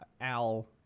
al